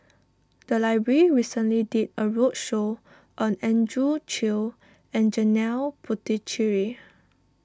the library recently did a roadshow on Andrew Chew and Janil Puthucheary